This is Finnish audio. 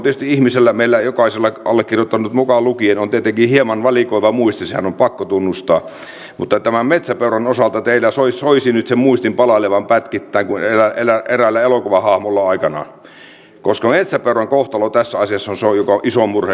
tietysti ihmisellä meillä jokaisella allekirjoittanut mukaan lukien on hieman valikoiva muisti sehän on pakko tunnustaa mutta metsäpeuran osalta teille soisi nyt sen muistin palaavan pätkittäin kuin eräällä elokuvahahmolla aikanaan koska metsäpeuran kohtalo tässä asiassa on se josta on iso murhe